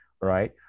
right